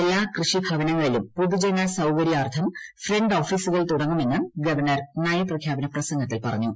എല്ലാ കൃഷിഭവനങ്ങളിലും പൊതുജന സൌകര്യാർത്ഥം ഫ്രണ്ട് ഓഫീസൂകൾ തുടങ്ങുമെന്നും ഗവർണർ നയപ്രഖ്യാപന പ്രസംഗത്തിൽ പറഞ്ഞു